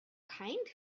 kind